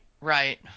right